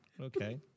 Okay